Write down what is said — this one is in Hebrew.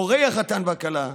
הורי החתן והכלה,